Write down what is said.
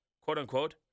quote-unquote